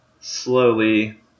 slowly